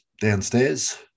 downstairs